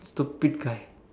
stupid guy